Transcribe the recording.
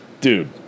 Dude